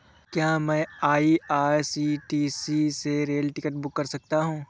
क्या मैं आई.आर.सी.टी.सी से रेल टिकट बुक कर सकता हूँ?